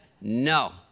no